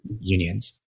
unions